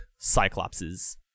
cyclopses